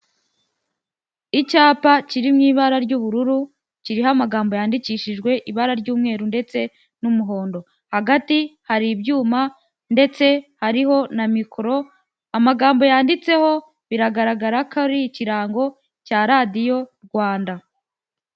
Icyapa kiri mu ibara ry'ubururu kiriho amagambo yandikishijwe ibara ry'umweru ndetse n'umuhondo. Hagati hari ibyuma ndetse hariho na mikoro, amagambo yanditseho biragaragara ko ari ikirango cya Radiyo Rwanda.